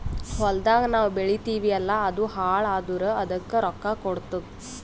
ಹೊಲ್ದಾಗ್ ನಾವ್ ಬೆಳಿತೀವಿ ಅಲ್ಲಾ ಅದು ಹಾಳ್ ಆದುರ್ ಅದಕ್ ರೊಕ್ಕಾ ಕೊಡ್ತುದ್